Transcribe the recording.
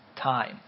time